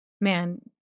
man